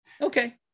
Okay